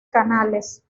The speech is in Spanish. canales